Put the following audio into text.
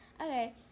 Okay